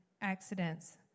accidents